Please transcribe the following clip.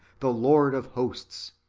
the lord of hosts,